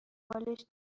بالشت